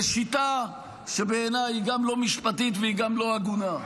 בשיטה שבעיניי היא גם לא משפטית וגם לא הגונה.